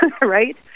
Right